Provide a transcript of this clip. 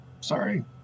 Sorry